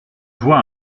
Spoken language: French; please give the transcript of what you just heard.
vois